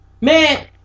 Man